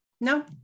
no